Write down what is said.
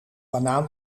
banaan